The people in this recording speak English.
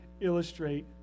illustrate